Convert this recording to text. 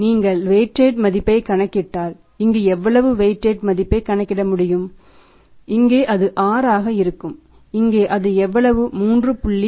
நீங்கள் வைடிட் மதிப்பைக் கணக்கிட்டால் இங்கு எவ்வளவு வைடிட் மதிப்பை கணக்கிட முடியும் இங்கே அது 6 ஆக இருக்கும் இங்கே அது எவ்வளவு 3